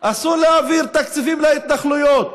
אסור להעביר תקציבים להתנחלויות.